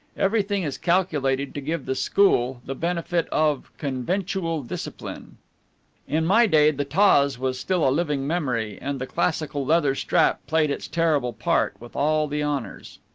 everything is calculated to give the school the benefit of conventual discipline in my day the tawse was still a living memory, and the classical leather strap played its terrible part with all the honors.